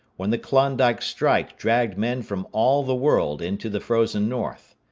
when the klondike strike dragged men from all the world into the frozen north.